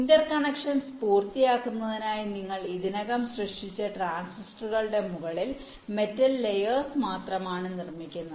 interconnections പൂർത്തിയാക്കുന്നതിനായി നിങ്ങൾ ഇതിനകം സൃഷ്ടിച്ച ട്രാൻസിസ്റ്ററുകളുടെ മുകളിൽ മെറ്റൽ ലയേഴ്സ് മാത്രമാണ് നിർമ്മിക്കുന്നത്